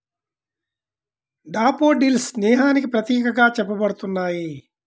daffodils స్నేహానికి ప్రతీకగా చెప్పబడుతున్నాయి